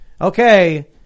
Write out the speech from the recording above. okay